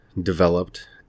developed